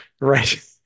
right